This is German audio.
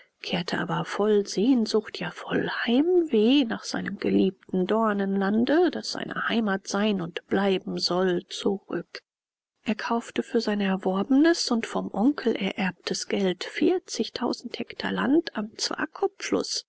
kehrte aber voll sehnsucht ja voll heimweh nach seinem geliebten dornenlande das seine heimat sein und bleiben soll zurück er kaufte für sein erworbenes und vom onkel ererbtes geld vierzigtausend hektar land am